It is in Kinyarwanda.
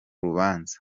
rubanza